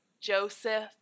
Joseph